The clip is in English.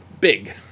big